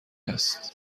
است